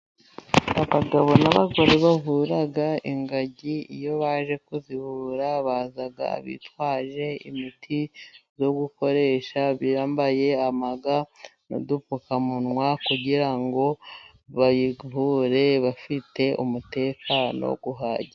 Abagabo n'abagore bavura ingagi iyo baje kuzivura baza bitwaje imiti yo gukoresha bambaye ama ga n'udupfukamunwa kugira ngo bayivure bafite umutekano uhagije.